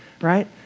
right